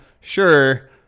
Sure